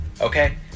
okay